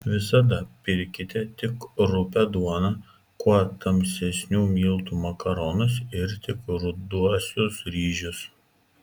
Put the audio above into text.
visada pirkite tik rupią duoną kuo tamsesnių miltų makaronus ir tik ruduosius ryžius